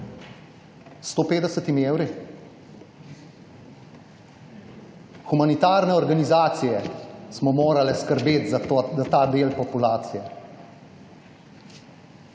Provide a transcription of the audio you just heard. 150 evri? Humanitarne organizacije smo morale skrbeti za ta del populacije.